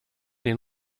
den